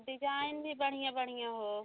design भी बढ़या बढ़िया हो